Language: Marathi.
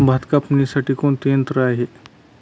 भात कापणीसाठी कोणते यंत्र आहे?